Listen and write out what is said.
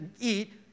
eat